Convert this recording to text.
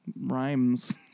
rhymes